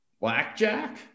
Blackjack